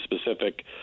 specific